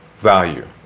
value